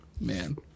Man